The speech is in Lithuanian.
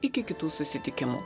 iki kitų susitikimų